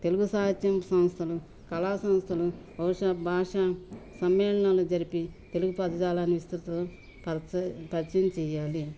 తెలుగు సాహిత్యం సంస్థలు కళా సంస్థలు వషా భాష సమ్మేళనలు జరిపి తెలుగు పదజాలాన్ని విస్తృతం పరిచ పరిచయం చేయాలి